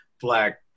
black